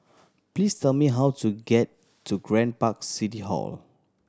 please tell me how to get to Grand Park City Hall